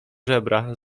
żebra